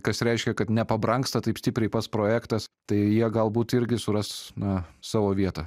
kas reiškia kad nepabrangsta taip stipriai pats projektas tai jie galbūt irgi suras na savo vietą